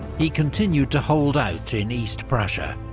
he continued to hold out in east prussia,